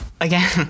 again